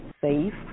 safe